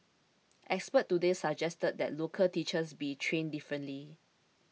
experts today also suggested that local teachers be trained differently